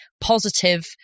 positive